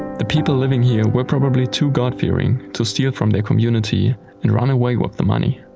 the people living here were probably too god-fearing to steal from their community and run away with the money.